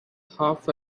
half